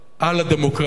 על הדמוקרטיה.